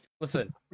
Listen